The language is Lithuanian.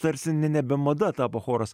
tarsi nebe mada tapo choras